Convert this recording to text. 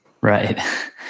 Right